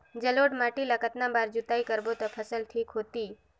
जलोढ़ माटी ला कतना बार जुताई करबो ता फसल ठीक होती?